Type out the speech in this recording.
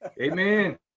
Amen